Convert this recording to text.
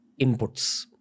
inputs